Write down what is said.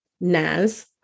Naz